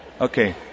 Okay